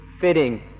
fitting